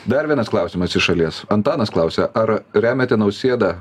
dar vienas klausimas iš šalies antanas klausia ar remiate nausėdą